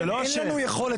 זה לא אשם, אין לנו יכולת.